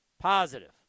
positive